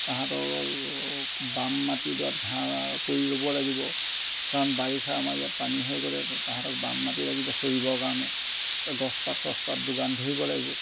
তাহাঁতক বাম মাটিডৰাত ঘাঁহ কৰি ল'ব লাগিব কাৰণ বাৰিষা আমাৰ ইয়াত পানী হৈ গ'লে তাহাঁতক বাম মটি লাগিব চৰিবৰ কাৰণে গছপাত চছপাত যোগান ধৰিব লাগিব